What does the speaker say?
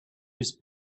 his